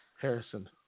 Harrison